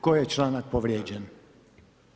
Koji je članak povrijeđen?